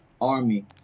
army